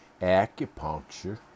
acupuncture